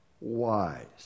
wise